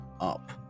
up